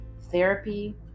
Therapy